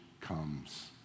comes